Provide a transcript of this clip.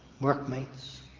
workmates